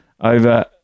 over